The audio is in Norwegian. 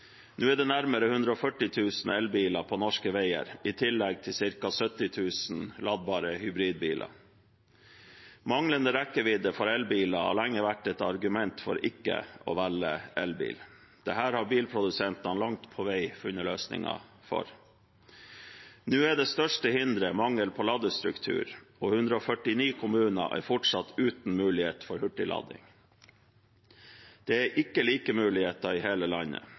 Nå er det nærmere 140 000 elbiler på norske veier, i tillegg til ca. 70 000 ladbare hybridbiler. Manglende rekkevidde for elbiler har lenge vært et argument for ikke å velge elbil. Dette har bilprodusentene langt på vei funnet løsninger for. Nå er det største hinderet mangel på ladestruktur, og 149 kommuner er fortsatt uten mulighet for hurtiglading. Det er ikke like muligheter i hele landet.